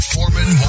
Foreman